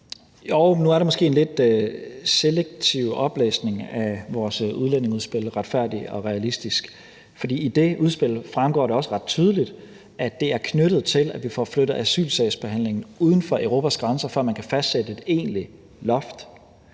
Nu var det måske en lidt selektiv oplæsning af vores udlændingeudspil »Retfærdig og realistisk«, for i det udspil fremgår det også ret tydeligt, at det er knyttet til, at vi får flyttet asylsagsbehandlingen uden for Europas grænser, før man kan fastsætte et egentligt loft.